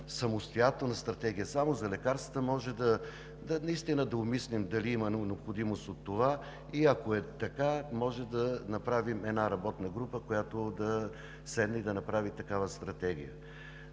самостоятелна стратегия само за лекарствата, наистина да обмислим дали има необходимост от това и ако е така, може да направим работна група, която да направи такава стратегия.